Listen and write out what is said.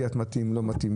אם פיאט מתאים או לא מתאים,